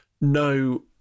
no